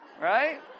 right